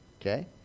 okay